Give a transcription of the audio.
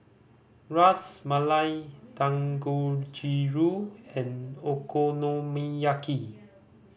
Ras Malai Dangojiru and Okonomiyaki